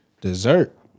Dessert